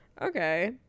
Okay